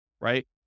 right